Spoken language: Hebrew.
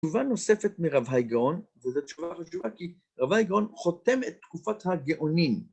תשובה נוספת מרבי הגאון, וזו תשובה חשובה כי רבי הגאון חותם את תקופת הגאונים.